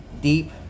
deep